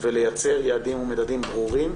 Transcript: ולייצר יעדים ומדדים ברורים,